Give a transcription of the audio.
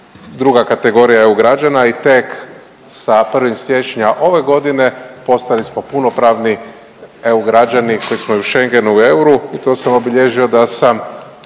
druga kategorija EU građana i tek sa 1. siječnja ove godine postali smo punopravni EU građani koji smo i u Schengenu i u euru i to sam obilježio da sam